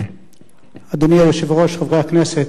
אדוני היושב-ראש, חברי הכנסת,